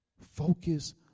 Focus